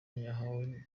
ahaye